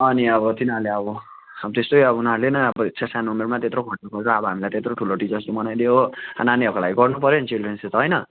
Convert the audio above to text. अनि अब तिनीहरूले अब अब त्यस्तै अब उनीहरूले नै अब सानो उमेरमै त्यत्रो खट्नु पर्छ अब हामीलाई त्यत्रो ठुलो टिचर्स डे मनाइदियो हो नानीहरूको लागि गर्नु पर्यो नि चिल्ड्रेन्स डे त होइन